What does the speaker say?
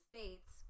States